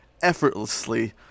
Effortlessly